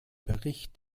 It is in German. bericht